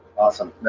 awesome,